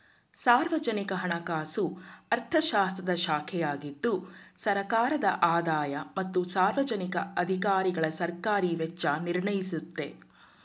ಸಾರ್ವಜನಿಕ ಹಣಕಾಸು ಅರ್ಥಶಾಸ್ತ್ರದ ಶಾಖೆಯಾಗಿದ್ದು ಸರ್ಕಾರದ ಆದಾಯ ಮತ್ತು ಸಾರ್ವಜನಿಕ ಅಧಿಕಾರಿಗಳಸರ್ಕಾರಿ ವೆಚ್ಚ ನಿರ್ಣಯಿಸುತ್ತೆ